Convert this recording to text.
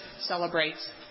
celebrates